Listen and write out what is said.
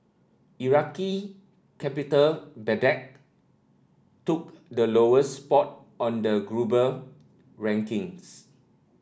Iraqi capital Baghdad took the lowest spot on the global rankings